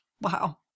Wow